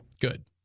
Good